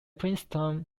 princeton